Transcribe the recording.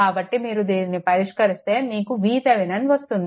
కాబట్టి మీరు దీన్ని పరిష్కరిస్తే మీకు VThevenin వస్తుంది